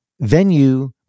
Venue